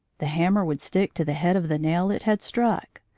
the hammer would stick to the head of the nail it had struck,